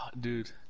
Dude